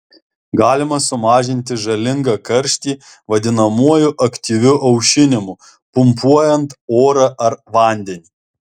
galima sumažinti žalingą karštį vadinamuoju aktyviu aušinimu pumpuojant orą ar vandenį